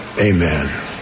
Amen